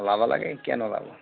যাব লাগে কিয়